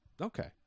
Okay